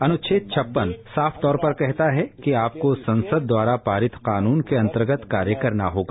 अनुछेद छपन्न साफ तौर पर कहता है कि आपको संसद द्वारा पारित कानून के अंतर्गत कार्य करना होगा